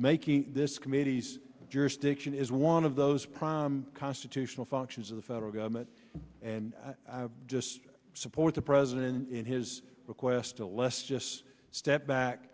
making this committee's jurisdiction is one of those prom constitutional functions of the federal government and just support the president in his request to less just step back